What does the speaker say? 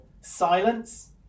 silence